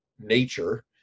nature